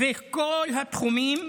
וכל התחומים